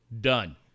Done